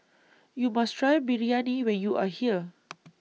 YOU must Try Biryani when YOU Are here